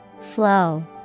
Flow